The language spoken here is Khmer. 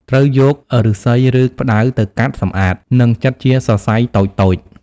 ត្រូវយក ឫស្សី ឬ ផ្តៅ ទៅកាត់ សម្អាត និងចិតជាសរសៃតូចៗ។